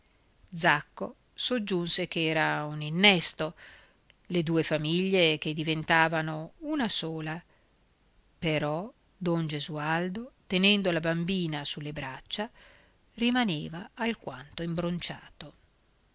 zacco soggiunse ch'era un innesto le due famiglie che diventavano una sola però don gesualdo tenendo la bambina sulle braccia rimaneva alquanto imbroncito